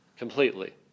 Completely